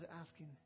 asking